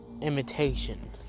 imitation